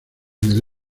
del